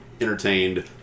entertained